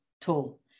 tool